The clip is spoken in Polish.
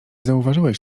zauważyłeś